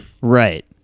Right